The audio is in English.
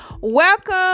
Welcome